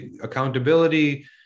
Accountability